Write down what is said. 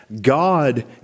God